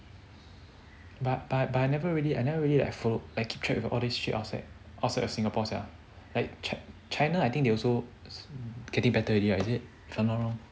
but but but I never really I never really like follow and keep track with all this shit outside outside of singapore sia like chi~ china I think they also getting better already right is it if I'm not wrong